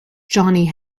johnny